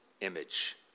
image